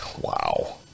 Wow